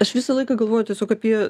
aš visą laiką galvoju tiesiog apie